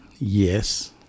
yes